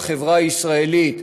לחברה הישראלית,